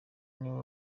niwe